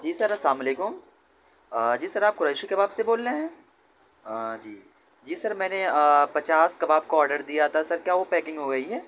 جی sir السلام علیکم جی سر آپ قریشی کباب سے بول رہے ہیں ہاں جی جی سر میں نے پچاس کباب کا آڈر دیا تھا سر کیا وہ پیکنگ ہو گئی ہے